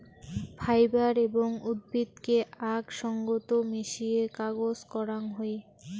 fibre এবং উদ্ভিদকে আক সঙ্গত মিশিয়ে কাগজ করাং হই